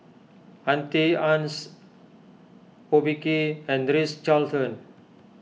Auntie Anne's Obike and Ritz Carlton